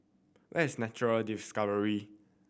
where is Nature Discovery